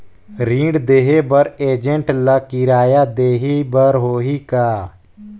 ऋण देहे बर एजेंट ला किराया देही बर होही का?